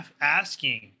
asking